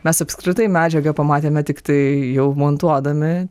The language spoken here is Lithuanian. mes apskritai medžiagą pamatėme tiktai jau montuodami